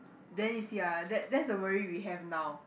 then you see ah that that's the worry we have now